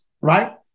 right